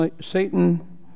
Satan